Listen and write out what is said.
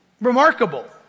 Remarkable